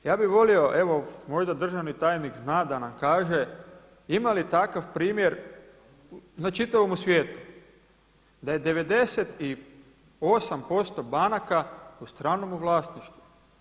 Ja bih volio evo možda državni tajnik zna da nam kaže ima li takav primjer na čitavomu svijetu, da je 98% banaka u stranom vlasništvu.